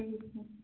ठीक है